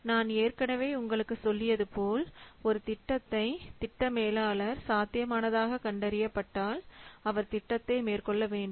நான் ஏற்கனவே உங்களுக்கு சொல்லியது போல் ஒரு திட்டத்தை திட்ட மேலாளர் சாத்தியமானதாக கண்டறியப்பட்டால் அவர் திட்டத்தை மேற்கொள்ள வேண்டும்